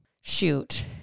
shoot